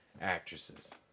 actresses